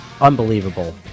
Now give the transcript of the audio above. unbelievable